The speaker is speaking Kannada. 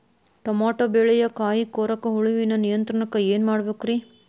ಟಮಾಟೋ ಬೆಳೆಯ ಕಾಯಿ ಕೊರಕ ಹುಳುವಿನ ನಿಯಂತ್ರಣಕ್ಕ ಏನ್ ಮಾಡಬೇಕ್ರಿ?